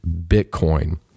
Bitcoin